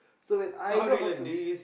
so when I know how to